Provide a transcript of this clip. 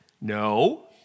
No